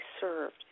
served